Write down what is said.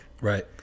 right